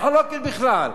על זה לא דיברנו בכלל.